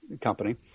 company